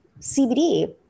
CBD